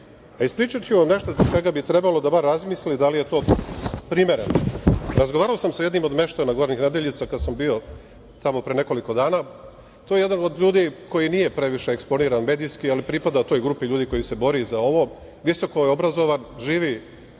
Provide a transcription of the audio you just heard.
a ispričaću vam nešto zbog čega bi trebalo da bar razmislite da li je to primereno. Razgovarao sam sa jednim od meštana Gornjih Nedeljica, kad sam bio tamo pre nekoliko dana. To je jedan od ljudi koji nije previše eksponiran medijski, ali pripada toj grupi ljudi koja se bori za ovo. Visoko je obrazovan, živi